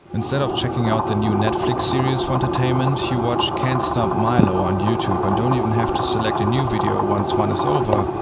instead of checking out new netflix series for entertainment, you watch can't stop milo on youtube and don't even have to select a new video once one is over,